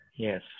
Yes